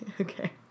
Okay